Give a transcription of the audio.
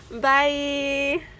bye